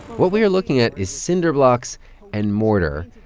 what we are looking at is cinder blocks and mortar.